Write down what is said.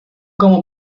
como